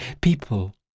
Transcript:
People